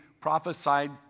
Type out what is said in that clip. prophesied